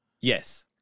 Yes